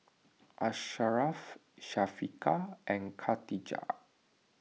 Asharaff Syafiqah and Khatijah